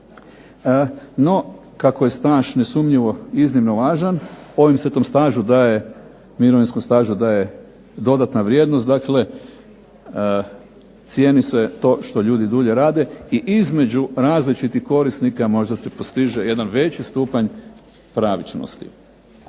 No kako je staž nesumnjivo iznimno važan ovim se tom mirovinskom stažu daje dodatna vrijednost, dakle cijeni se to što ljudi dulje rade i između različitih korisnika možda se postiže jedan veći stupanj pravičnosti.